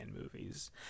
movies